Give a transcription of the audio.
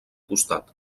costat